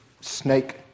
snake